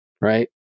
right